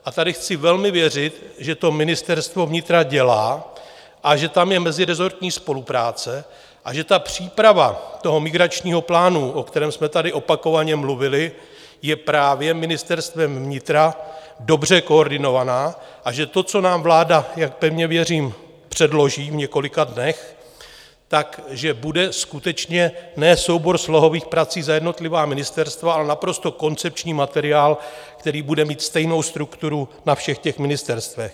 A tady chci velmi věřit, že to Ministerstvo vnitra dělá a že tam je meziresortní spolupráce a že ta příprava migračního plánu, o kterém jsme tady opakovaně mluvili, je právě Ministerstvem vnitra dobře koordinovaná a že to, co nám vláda, jak pevně věřím, předloží v několika dnech, že bude skutečně ne soubor slohových prací za jednotlivá ministerstva, ale naprosto koncepční materiál, který bude mít stejnou strukturu na všech ministerstvech.